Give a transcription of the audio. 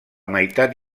meitat